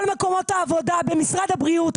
כל מקומות העבודה במשרד הבריאות,